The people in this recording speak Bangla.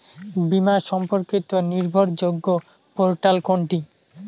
বীমা সম্পর্কিত নির্ভরযোগ্য পোর্টাল কোনটি?